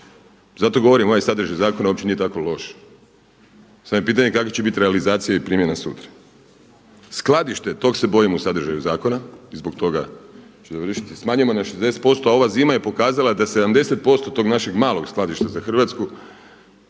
Zato govorim, ovaj sadržaj zakona uopće nije tako loš, samo je pitanje kakva će biti realizacija i primjena sutra. Skladište, tog se bojim u sadržaju zakona i zbog toga ću završiti. Smanjujemo na 60%, a ova zima je pokazala da 70% tog našeg malog skladišta za Hrvatsku